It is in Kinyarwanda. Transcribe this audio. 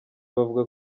bavuga